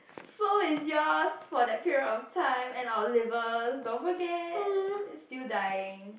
so it's yours for that period of time and our livers don't forget is still dying